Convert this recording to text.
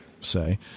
say